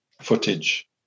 footage